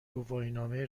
گواهینامه